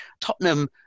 Tottenham